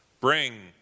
bring